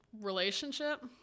relationship